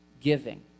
giving